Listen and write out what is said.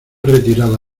retirada